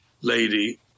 lady